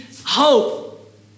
hope